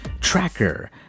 Tracker